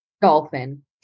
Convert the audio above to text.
Dolphin